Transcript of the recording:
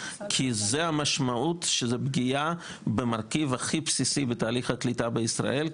כי זו המשמעות של פגיעה במרכיב הכי בסיסי בתהליך הקליטה בישראל,